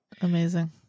Amazing